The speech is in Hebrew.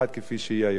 אבל, רבותי,